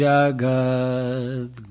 Jagad